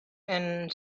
and